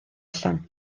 allan